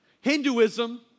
Hinduism